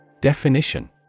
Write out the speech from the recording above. Definition